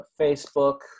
Facebook